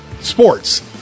sports